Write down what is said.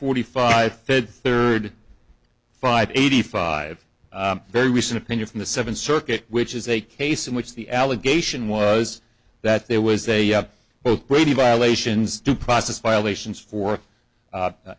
forty five fed third five eighty five very recent opinion from the seventh circuit which is a case in which the allegation was that there was a both brady violations due process violations for